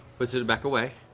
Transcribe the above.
puts it back away.